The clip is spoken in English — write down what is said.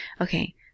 okay